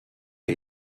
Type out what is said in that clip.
die